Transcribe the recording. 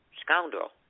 scoundrel